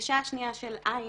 הבקשה השנייה של ע',